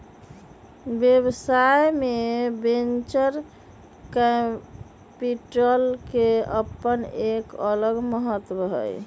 व्यवसाय में venture capital के अपन एक अलग महत्व हई